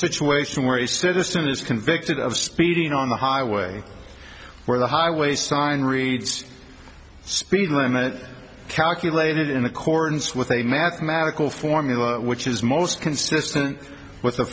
situation where a citizen is convicted of speeding on the highway where the highway sign reads speed limit calculated in accordance with a mathematical formula which is most consistent with the